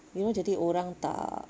you know jadi orang tak